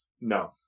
No